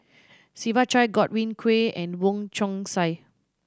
Siva Choy Godwin Koay and Wong Chong Sai